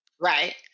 Right